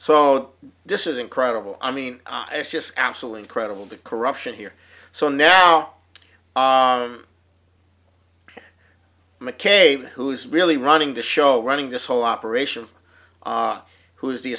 so this is incredible i mean it's just absolutely incredible the corruption here so nell mckay who's really running the show running this whole operation who's the